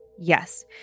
Yes